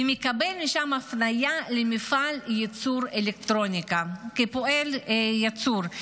ומקבל משם הפניה למפעל ייצור אלקטרוניקה כפועל ייצור.